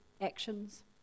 actions